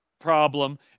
problem